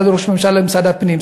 משרד ראש הממשלה למשרד הפנים,